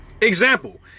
Example